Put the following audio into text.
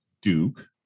Duke